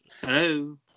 Hello